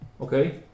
Okay